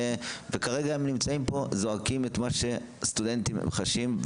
כרגע הם זועקים את מה שסטודנטים חשים.